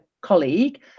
colleague